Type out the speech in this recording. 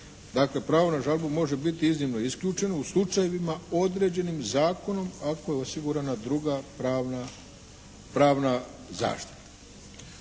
dakle pravo na žalbu može biti iznimno isključeno u slučajevima određenim zakonom ako je osigurana druga pravna zaštita.